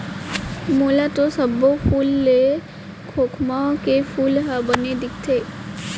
मोला तो सब्बो फूल ले खोखमा के फूल ह बने दिखथे